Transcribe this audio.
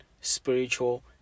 spiritual